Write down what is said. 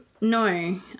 no